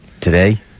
today